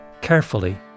Carefully